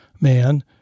man